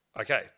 Okay